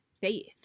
faith